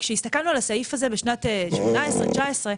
שהסתכלנו על הסעיף הזה בשנת 2018, 2019,